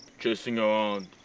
chasing around,